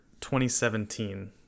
2017